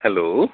hello